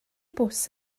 bws